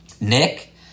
Nick